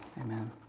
amen